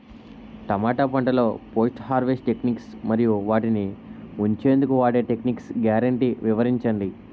టమాటా పంటలో post harvest techniques మరియు వాటిని ఉంచెందుకు వాడే టెక్నిక్స్ గ్యారంటీ వివరించండి?